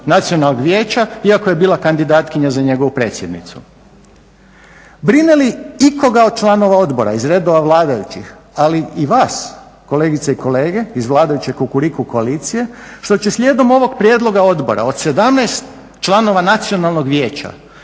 Nacionalnih vijeća iako je bila kandidatkinja za njegovu predsjednicu. Brine li ikoga od članova odbora iz redova vladajućih, ali i vas kolegice i kolege iz vladajuće Kukuriku koalicije što će slijedom ovog prijedloga odbora od 17 članova Nacionalnog vijeća